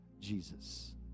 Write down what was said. Jesus